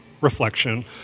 reflection